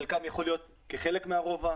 חלקם יכול להיות כחלק מהרובע,